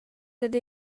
dad